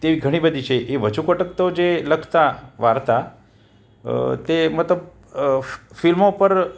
તે ઘણી બધી છે વજુ કોટક તો જે લખતા વાર્તા તે મતલબ ફિલ્મો ઉપર